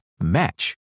match